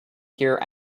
here